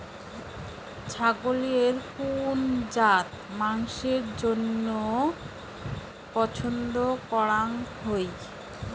ছাগলের কুন জাত মাংসের জইন্য পছন্দ করাং হই?